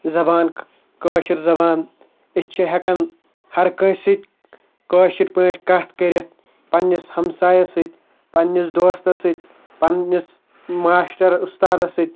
زبان کٲشِر زبان أسۍ چھِ ہٮ۪کان ہرکٲنٛسہِ سۭتۍ کٲشِر پٲٹھۍ کَتھ کٔرِتھ پنٛنِس ہمسایَس سۭتۍ پنٛنِس دوستَس سۭتۍ پنٛنِس ماسٹَر اُستادَس سۭتۍ